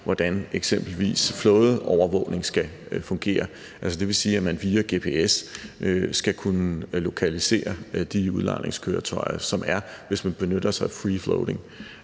hvordan eksempelvis flådeovervågning skal fungere. Det vil sige, at man via gps skal kunne lokalisere de udlejningskøretøjer, der er, hvis man benytter sig af free floating.